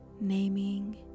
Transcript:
naming